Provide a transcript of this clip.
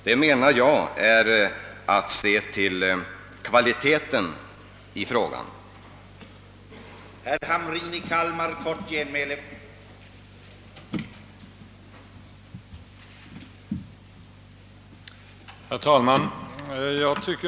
Det, menar jag, är också att satsa på kvaliteten i fråga om barntillsynen.